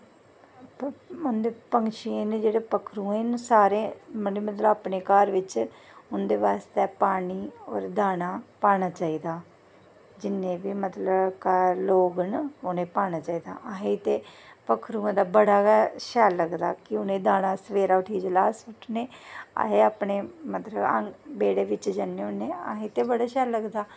ते पंक्षिये न जेह्ड़े पक्खरुएं नै पूरे मतलब अपने घर बिच्च उं'दै बास्तै पानी होर दाना पाना चाहिदा जिन्ने बी मतलब घर लोग न उ'नें गी पाना चाहिदा असें ते पक्खरुएं दा बड़ा गै शैल लगदा कि उ'नें गी दाना अस सवेरै जिसलै उट्ठनें अस अपने मतलव बेह्ड़े बिच्च जन्ने होन्ने असें ते बड़ा शैल लगदा